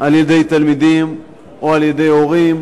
על-ידי תלמידים או על-ידי הורים